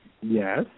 Yes